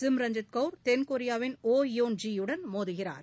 சிம்ரஞ்சித் கவுர் தென்கொரியாவின் Oh Yeon Ji யுடன் மோதுகிறார்